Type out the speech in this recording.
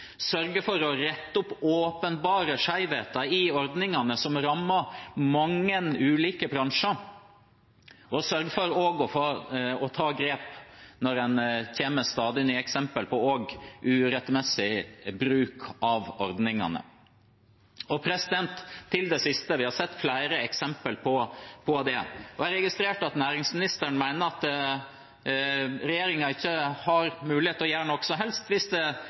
sørge for å rette opp åpenbare skjevheter i ordningene som rammer mange ulike bransjer, og sørge for å ta grep når en kommer med stadig nye eksempler på urettmessig bruk av ordningene. Til det siste: Vi har sett flere eksempler på det, og jeg har registrert at næringsministeren mener regjeringen ikke har mulighet til å gjøre noe som helst hvis